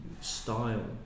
style